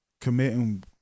committing